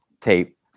tape